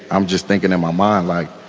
i'm just thinking in my mind, like,